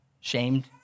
shamed